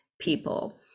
people